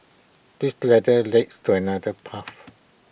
this ladder leads to another path